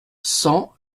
cent